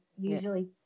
usually